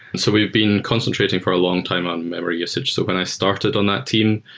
so we've been concentrating for a longtime on memory usage. so when i started on that team,